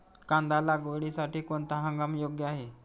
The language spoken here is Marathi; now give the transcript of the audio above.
कांदा लागवडीसाठी कोणता हंगाम योग्य आहे?